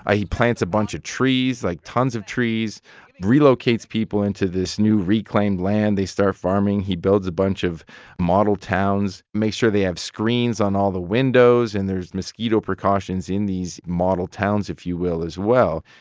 ah he plants a bunch of trees like, tons of trees relocates people into this new, reclaimed land. they start farming. he builds a bunch of model towns, makes sure they have screens on all the windows. and there's mosquito precautions in these model towns, if you will, as well.